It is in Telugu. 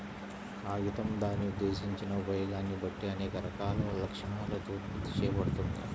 కాగితం దాని ఉద్దేశించిన ఉపయోగాన్ని బట్టి అనేక రకాల లక్షణాలతో ఉత్పత్తి చేయబడుతుంది